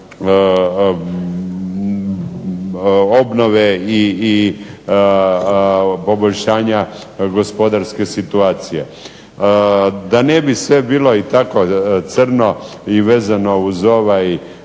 obnove i poboljšanja gospodarske situacije. Da ne bi sve bilo i tako crno i vezano uz ovaj